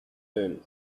then